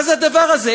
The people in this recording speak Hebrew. מה זה הדבר הזה?